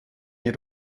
mir